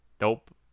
Nope